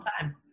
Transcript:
time